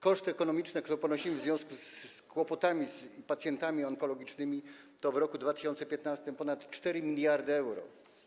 Koszty ekonomiczne, które ponosimy w związku z tymi kłopotami, z pacjentami onkologicznymi, to w roku 2015 ponad 4 mld euro.